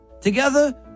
Together